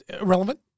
Irrelevant